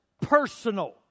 personal